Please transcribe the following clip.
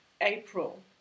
April